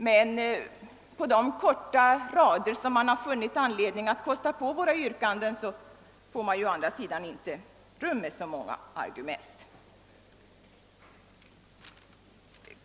Men på de korta rader som man funnit anledning kosta på våra yrkanden blir det förstås inte rum för så många argument.